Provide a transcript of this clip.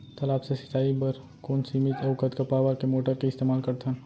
तालाब से सिंचाई बर कोन सीमित अऊ कतका पावर के मोटर के इस्तेमाल करथन?